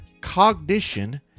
cognition